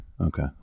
okay